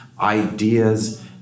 ideas